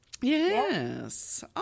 yes